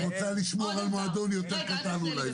את רוצה לשמור על מועדון יותר קטן אולי,